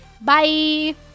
Bye